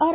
R